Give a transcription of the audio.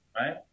Right